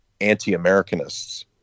anti-americanists